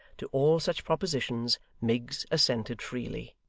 to all such propositions miggs assented freely.